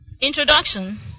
Introduction